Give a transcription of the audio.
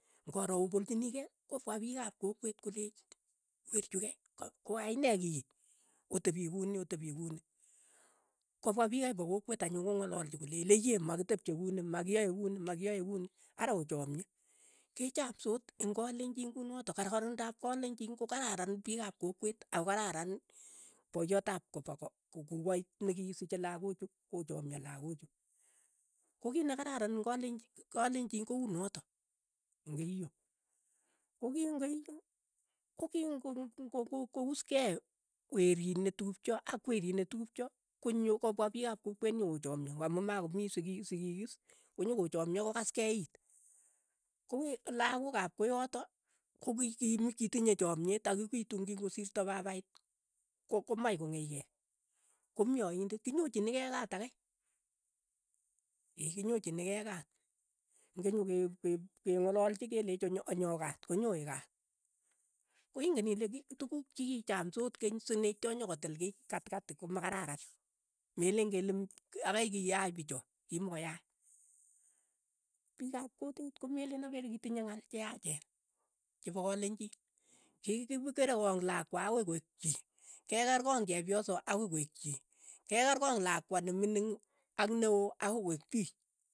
Ng'oro opolchinikei, kopwa piik ap kokwet koleech, werichu kei, ka koyainei kii, otepii kuni otepii kuni, kopwa piik kei pa kokwet anyun ko ngalalchi koleech, leiye makitepche kuni, makiyae kuni, makiyae kuni, ara ochamye, kechamsot. eng' kalenjin kunotok, karkarindoop kalenjin ko kararan piik ap kokwet ako kararan poiyot ap kopa ko, kukoit nekisiche lakoo chu, kochaamyo lakochu, ko kiit nekararan eng' kalenjin ko unotok, ing' keiyo, koki ing' keiyo, koki ng'oko- ko- ko uuskei werit netupcho ak werit netupcho, konyo kopwa piik ap kokwet nyo ko chamyo, amu makomii sikiik sikiik is, konyokochomyo kokaskei iit, kowe lakok ap koyatok, ko ki- kitinyei chamyet akipitu king'osirto papait, ko- komach kong'ech kei, ko mii aiendet, kinyochini kei kaat akai, kinyochini kei kaat, ng'e nyokeng'alalchi keleech onyo onyo kaat, konyoe kaat, ko ing'en ile ki tukuk chi chamsot keny sineityo nyokotil kei katikati komakararan, meleen kele m ara kiyaach picho, kimokoyaach, piik ap kutit komeleen apere kitinyei ng'al cheyachen, chepo kalenjin, cheiikikere koong' lakwa akoi koeek chii, kekeer koong' chepyoso akoi koeek chi, kekeer koong' lakwa ne mining ak neoo akoi koeek pich.